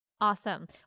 Awesome